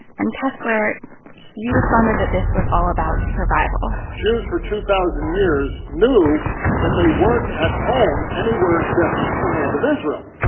and kessler he responded that this was all about survival jews, for two thousand years, knew that they weren't at home anywhere except the land of israel.